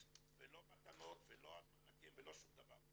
ולא מתנות ולא מענקים ולא שום דבר,